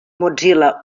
mozilla